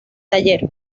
taller